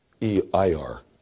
EIR